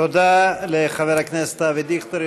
תודה לחבר הכנסת אבי דיכטר,